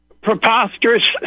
preposterous